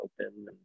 open